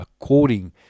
according